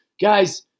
Guys